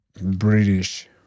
British